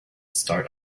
start